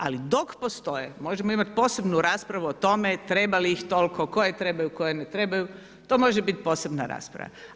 Ali dok postoje, možemo imati posebnu raspravu o tome treba li ih toliko, koje trebaju, koje ne trebaju, to može biti posebna rasprava.